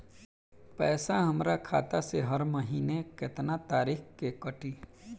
पैसा हमरा खाता से हर महीना केतना तारीक के कटी?